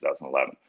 2011